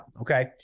Okay